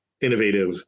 innovative